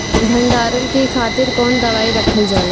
भंडारन के खातीर कौन दवाई रखल जाला?